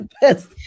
best